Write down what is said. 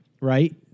Right